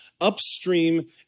upstream